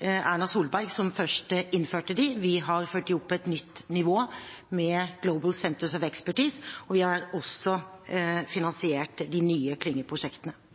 Erna Solberg som først innførte dem. Vi har ført dem opp på et nytt nivå – med Global Centres of Expertise – og vi har også finansiert de nye klyngeprosjektene.